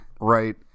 right